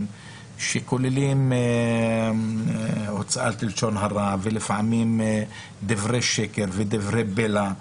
שכוללים הוצאת לשון הרע ולפעמים דברי שקר ובלע.